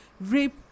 rape